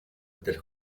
del